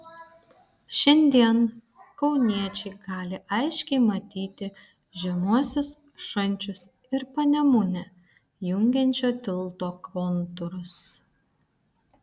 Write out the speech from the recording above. šiandien kauniečiai gali aiškiai matyti žemuosius šančius ir panemunę jungiančio tilto kontūrus